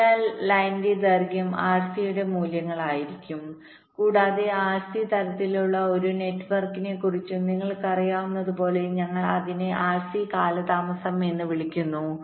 അതിനാൽ ലൈനിന്റെ ദൈർഘ്യം ആർസിയുടെ മൂല്യങ്ങളായിരിക്കും കൂടാതെ ആർസി തരത്തിലുള്ള ഒരു നെറ്റ്വർക്കിനെക്കുറിച്ചും നിങ്ങൾക്കറിയാവുന്നതുപോലെ ഞങ്ങൾ അതിനെ ആർസി കാലതാമസംഎന്ന് വിളിക്കുന്നു